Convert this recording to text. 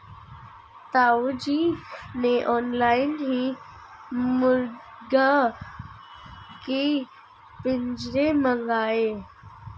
ताऊ जी ने ऑनलाइन ही मुर्गी के पिंजरे मंगाए